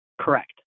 Correct